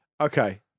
Okay